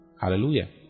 Hallelujah